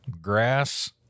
grass